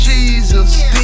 Jesus